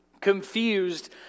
confused